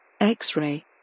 X-ray